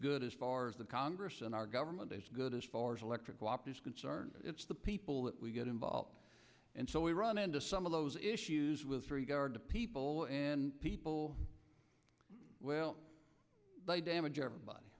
good as far as the congress and our government is good as far as electric whopped is concerned it's the people that we get involved and so we run into some of those issues with regard to people and people will they damage everybody